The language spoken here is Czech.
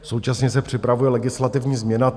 Současně se připravuje legislativní změna.